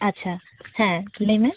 ᱟᱪᱪᱷᱟ ᱦᱮᱸ ᱞᱟᱹᱭ ᱢᱮ